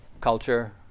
culture